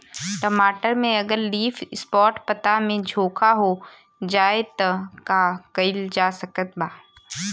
टमाटर में अगर लीफ स्पॉट पता में झोंका हो जाएँ त का कइल जा सकत बा?